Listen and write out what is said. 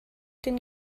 den